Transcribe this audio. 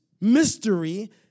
mystery